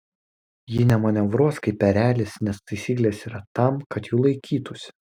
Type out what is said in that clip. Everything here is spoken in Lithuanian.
jis nemanevruos kaip erelis nes taisyklės yra tam kad jų laikytųsi